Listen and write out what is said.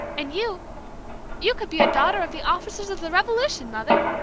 and you you could be a daughter of the officers of the revolution, mother!